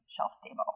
shelf-stable